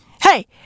Hey